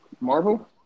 Marvel